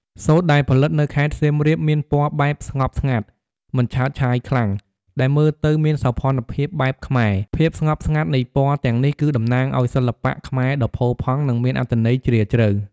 សូត្រដែលផលិតនៅខេត្តសៀមរាបមានពណ៌បែបស្ងប់ស្ងាត់ មិនឆើតឆាយខ្លាំង ដែលមើលទៅមានសោភ័ណភាពបែបខ្មែរ ភាពស្ងប់ស្ងាត់នៃពណ៌ទាំងនេះគឺតំណាងឲ្យសិល្បៈខ្មែរដ៏ផូរផង់ និងមានអត្ថន័យជ្រាលជ្រៅ។